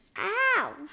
Ow